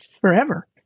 forever